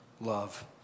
love